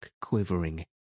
quivering